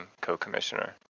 co-commissioner